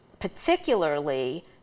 particularly